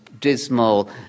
dismal